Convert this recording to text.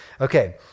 okay